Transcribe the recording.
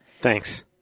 Thanks